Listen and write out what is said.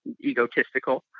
egotistical